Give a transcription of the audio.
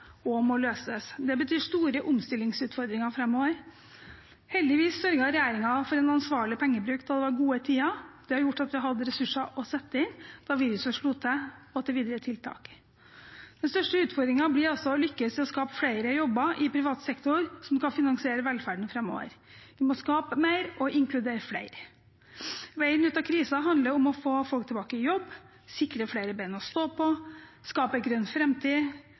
og må løses. Det betyr store omstillingsutfordringer framover. Heldigvis sørget regjeringen for en ansvarlig pengebruk da det var gode tider. Det har gjort at vi har hatt ressurser å sette inn da viruset slo til, og til videre tiltak. Den største utfordringen blir altså å lykkes i å skape flere jobber i privat sektor som skal finansiere velferden framover. Vi må skape mer og inkludere flere. Veien ut av krisen handler om å få folk tilbake i jobb, sikre flere bein å stå på, skape en grønn